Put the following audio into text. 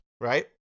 right